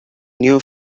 new